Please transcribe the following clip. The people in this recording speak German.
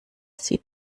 sie